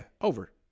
over